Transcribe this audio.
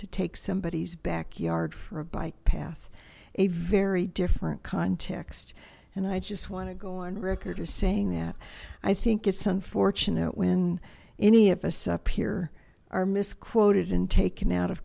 to take somebodies backyard for a bike path a very different context and i just want to go on record as saying that i think it's unfortunate when any of us up here are misquoted and taken out of